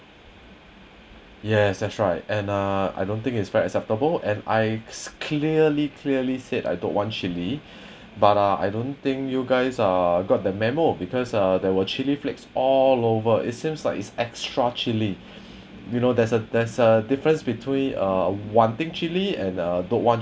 yes that's right and uh I don't think is quite acceptable and I clearly I clearly said I don't want chilly but ah I don't think you guys ah got the memo because ah there were chilli flakes all over it seems like it's extra chilli you know there's a there's a difference between uh wanting chilli and uh don't want